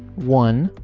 one,